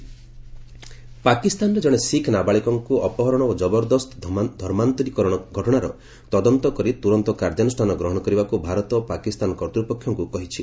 MEA Pak ପାକିସ୍ତାନରେ ଜଣେ ଶିଖ ନାବାଳିକାଙ୍କୁ ଅପହରଣ ଓ ଜବରଦସ୍ତ ଧର୍ମାନ୍ତରୀକରଣ ଘଟଣାର ତଦନ୍ତ କରି ତୁରନ୍ତ କାର୍ଯ୍ୟାନୁଷ୍ଠାନ ଗ୍ରହଣ କରିବାକୁ ଭାରତ ପାକିସ୍ତାନ କର୍ତ୍ତୃପକ୍ଷଙ୍କୁ କହିଛି